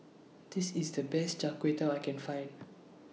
This IS The Best Char Kway Teow I Can Find